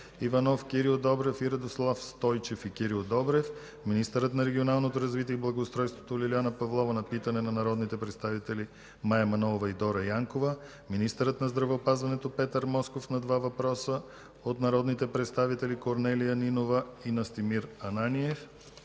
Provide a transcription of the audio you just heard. Иванов, Кирил Добрев, Радослав Стойчев и Кирил Добрев; - министърът на регионалното развитие и благоустройството Лиляна Павлова – на питане от народните представители Мая Манолова и Дора Янкова; - министърът на здравеопазването Петър Москов – на два въпроса от народните представители Корнелия Нинова и Настимир Ананиев.